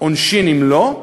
עונשין אם לא,